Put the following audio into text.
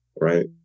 right